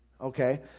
Okay